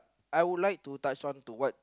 I would like to touch on to what